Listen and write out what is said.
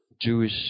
Jewish